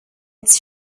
its